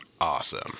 Awesome